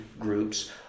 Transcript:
groups